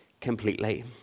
completely